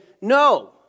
no